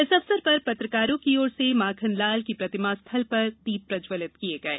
इस अवसर पर पत्रकारों की ओर से माखनलाल की प्रतिमा स्थल पर दीप प्रज्जवलित किए गये